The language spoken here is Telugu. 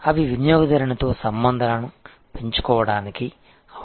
అవి వినియోగదారునితో సంబంధాలను పెంచుకోవడానికి అవకాశాలు